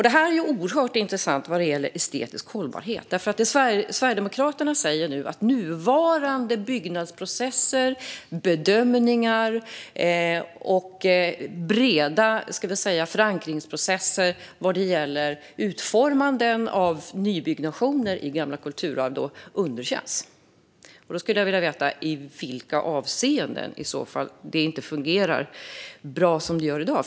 Det är oerhört intressant vad gäller estetisk hållbarhet, för det Sverigedemokraterna säger är att nuvarande byggnadsprocesser, bedömningar och breda förankringsprocesser vad gäller utformning av nybyggnation i gamla kulturarv underkänns. I så fall skulle jag vilja veta i vilka avseenden det inte fungerar bra som det gör i dag.